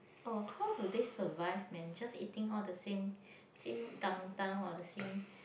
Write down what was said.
oh how do they survive man just eating all the same same kantang or the same